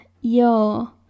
yo